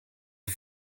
the